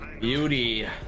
Beauty